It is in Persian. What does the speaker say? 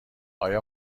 آیا